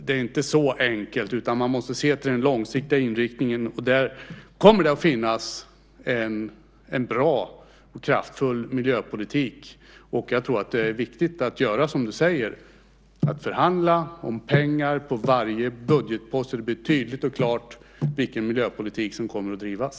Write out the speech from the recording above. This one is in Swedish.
Det är inte så enkelt, utan man måste se till den långsiktiga inriktningen. Där kommer det att finnas en bra och kraftfull miljöpolitik. Jag tror att det är viktigt att göra som du säger, att förhandla om pengar på varje budgetpost så att det blir tydligt och klart vilken miljöpolitik som kommer att drivas.